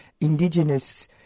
Indigenous